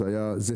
אז זה שכרנו,